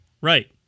right